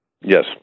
Yes